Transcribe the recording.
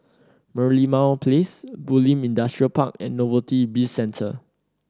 Merlimau Place Bulim Industrial Park and Novelty Bizcentre